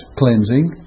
cleansing